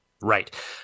Right